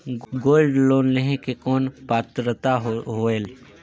Gold loan लेहे के कौन पात्रता होएल?